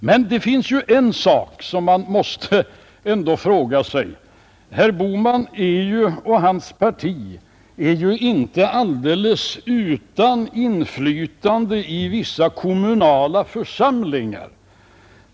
Man måste emellertid ställa sig en fråga i detta sammanhang, eftersom herr Bohman och hans parti ju inte är alldeles utan inflytande i vissa kommunala församlingar.